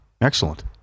excellent